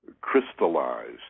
crystallized